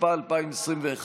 התשפ"א 2021,